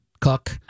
cook